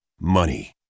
Money